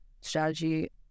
strategy